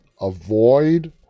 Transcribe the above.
avoid